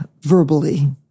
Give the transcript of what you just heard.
verbally